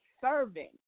serving